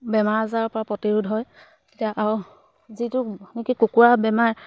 বেমাৰ আজাৰৰ পৰা প্ৰতিৰোধ হয় তেতিয়া আৰু যিটো নেকি কুকুৰা বেমাৰ